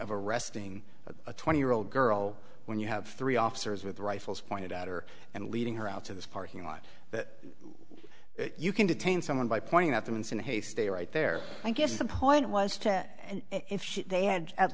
of arresting a twenty year old girl when you have three officers with rifles pointed out or and leading her out to this parking lot that you can detain someone by pointing at them it's in a hay stay right there i guess the point was to if they had at